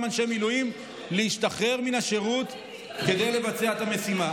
אנשי מילואים להשתחרר מן השירות כדי לבצע את המשימה.